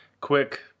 quick